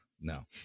no